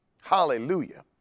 Hallelujah